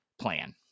plan